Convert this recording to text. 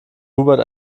hubert